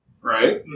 right